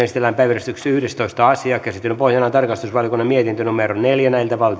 esitellään päiväjärjestyksen yhdestoista asia käsittelyn pohjana on tarkastusvaliokunnan mietintö neljä